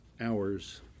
hours